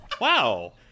Wow